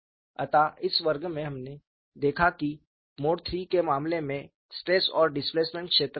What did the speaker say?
अतः इस वर्ग में हमने देखा कि मोड III के मामले में स्ट्रेस और डिसप्लेमेंट क्षेत्र क्या है